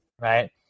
right